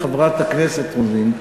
חברת הכנסת רוזין,